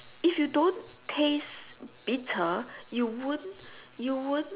if you don't taste bitter you won't you won't